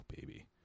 baby